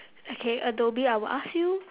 okay adobe I will ask you